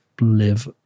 live